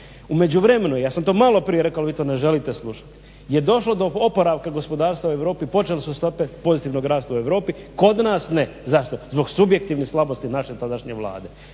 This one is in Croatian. U međuvremenu je, ja sam to malo prije rekao ali vi to ne želite slušati je došlo do oporavka gospodarstva u Europi, počele su stope pozitivnog rasta u Europi. Kod nas ne. Zašto? Zbog subjektivne slabosti naše tadašnje Vlade.